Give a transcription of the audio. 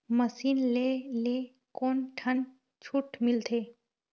Machine ले ले कोन ठन छूट मिलथे?